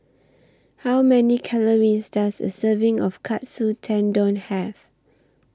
How Many Calories Does A Serving of Katsu Tendon Have